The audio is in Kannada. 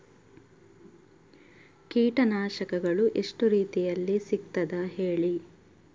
ಕೀಟನಾಶಕಗಳು ಎಷ್ಟು ರೀತಿಯಲ್ಲಿ ಸಿಗ್ತದ ಹೇಳಿ